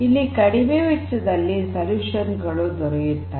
ಇಲ್ಲಿ ಕಡಿಮೆ ವೆಚ್ಚದಲ್ಲಿ ಪರಿಹಾರ ದೊರೆಯುತ್ತದೆ